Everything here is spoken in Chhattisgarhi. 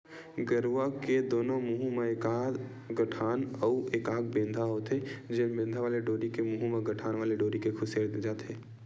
गेरवा के दूनों मुहूँ म एकाक गठान अउ एकाक बेंधा होथे, जेन बेंधा वाले डोरी के मुहूँ म गठान वाले डोरी ल खुसेर दे जाथे